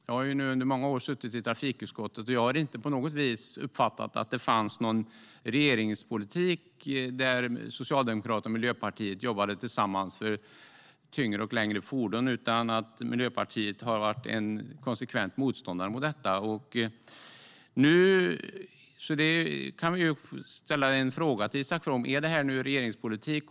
Jag har i många år suttit i trafikutskottet, och jag har inte uppfattat att det fanns någon regeringspolitik där Socialdemokraterna och Miljöpartiet jobbade tillsammans för tyngre och längre fordon. Snarare har Miljöpartiet varit en konsekvent motståndare till detta. Låt mig därför ställa en fråga till Isak From: Är detta regeringspolitik?